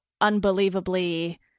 unbelievably